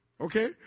Okay